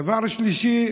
דבר שלישי,